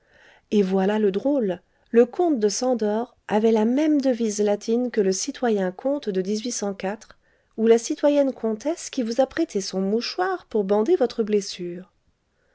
et voilà le drôle le comte de szandor avait la même devise latine que le citoyen comte de ou la citoyenne comtesse qui vous a prêté son mouchoir pour bander votre blessure